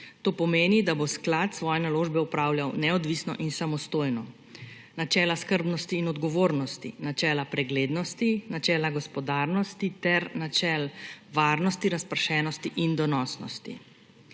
to pomeni, da bo sklad svoje naložbe opravljal neodvisno in samostojno −, načela skrbnosti in odgovornosti, načela preglednosti, načela gospodarnosti ter načel varnosti, razpršenosti in donosnosti.